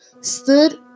stood